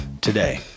today